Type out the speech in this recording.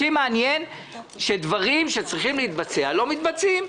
אותי מעניין שדברים שצריכים להתבצע לא מתבצעים.